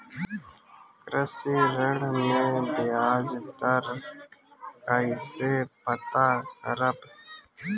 कृषि ऋण में बयाज दर कइसे पता करब?